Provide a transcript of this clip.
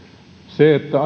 se että